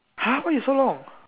!huh! why you so long